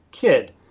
kid